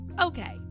Okay